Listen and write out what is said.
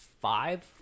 five